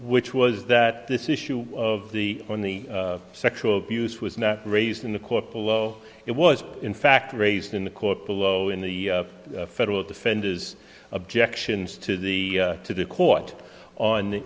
which was that this issue of the on the sexual abuse was not raised in the court below it was in fact raised in the court below in the federal defender's objections to the to the court on